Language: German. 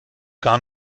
gar